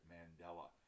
Mandela